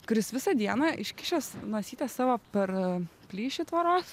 kuris visą dieną iškišęs nosytę savo per plyšį tvoros